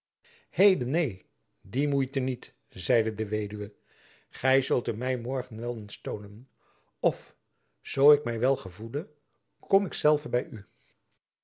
heden neen die moeite niet zeide de weduwe gy zult hem my morgen wel eens toonen of zoo ik my wel gevoele kom ik zelve by u